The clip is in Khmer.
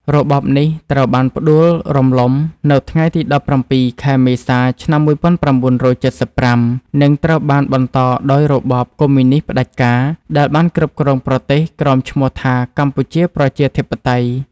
របបនេះត្រូវបានផ្ដួលរំលំនៅថ្ងៃទី១៧ខែមេសាឆ្នាំ១៩៧៥ និងត្រូវបានបន្តដោយរបបកុម្មុយនិស្តផ្ដាច់ការ ដែលបានគ្រប់គ្រងប្រទេស ក្រោមឈ្មោះថា កម្ពុជាប្រជាធិបតេយ្យ។